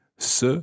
ce